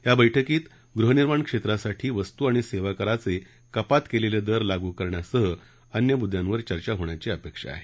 या बैठकीत गृहनिर्माण क्षेत्रासाठी वस्तू आणि सेवा कराचे कपात केलेले दर लागू करण्यासह अन्य मुद्यांवर चर्चा होण्याची अपेक्षा आहे